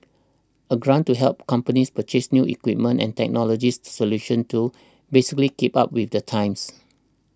a grant to help companies purchase new equipment and technologies solutions to basically keep up with the times